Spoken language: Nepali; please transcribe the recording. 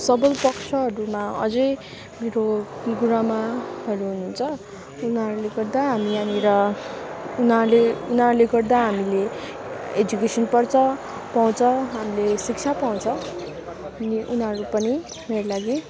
सबल पक्षहरूमा अझै मेरो गुरुआमाहरू हुनुहुन्छ उनीहरूले गर्दा हामी यहाँनिर उनीहरूले उनीहरूले गर्दा हामीले एजुकेसन पर्छ पाउँछ हामीले शिक्षा पाउँछ अनि उनीहरू पनि मेरो लागि